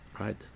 right